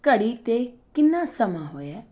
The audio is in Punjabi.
ਘੜੀ 'ਤੇ ਕਿੰਨਾ ਸਮਾਂ ਹੋਇਆ